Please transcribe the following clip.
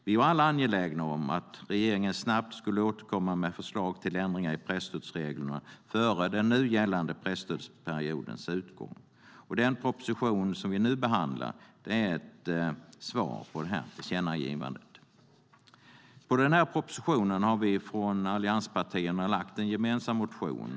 Vi var alla angelägna om att regeringen snabbt skulle återkomma med förslag till ändringar i presstödsreglerna före den nu gällande presstödsperiodens utgång. Den proposition som vi nu behandlar är ett svar på detta tillkännagivande. Med anledning av propositionen har vi från allianspartierna väckt en gemensam motion.